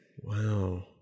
Wow